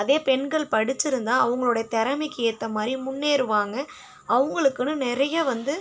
அதே பெண்கள் படிச்சுருந்தா அவங்களோடய திறமைக்கி ஏற்ற மாதிரி முன்னேறுவாங்க அவங்களுக்குன்னு நிறைய வந்து